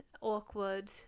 awkward